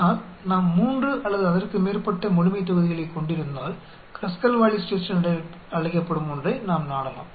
ஆனால் நாம் 3 அல்லது அதற்கு மேற்பட்ட முழுமைத்தொகுதிகளைக் கொண்டிருந்தால் க்ருஸ்கல் வாலிஸ் டெஸ்ட் என்று அழைக்கப்படும் ஒன்றை நாம் நாடலாம்